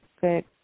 good